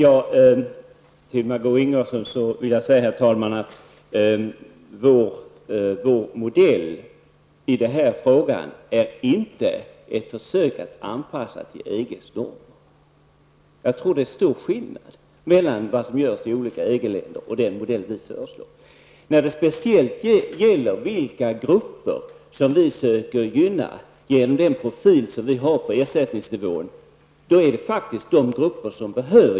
Herr talman! Till Margó Ingvardsson vill jag säga att vårt förslag till modell inte är något försök att anpassa sjukförsäkringssystemet till EGs normer. Jag tror att det är stor skillnad mellan sjukförsäkringssystemen i olika EG-länder och den modell vi föreslår. Det är faktiskt de grupper som behöver hjälp som vi försöker gynna genom den profil vi har på ersättningsnivån.